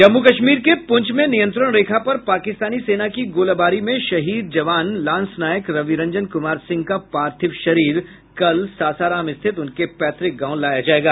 जम्मू कश्मीर के पूंछ में नियंत्रण रेखा पर पाकिस्तानी सेना की गोलाबारी में शहीद जवान लांसनायक रविरंजन कुमार सिंह का पार्थिव शरीर कल सासाराम स्थित उनके पैतृक गांव लाया जायेगा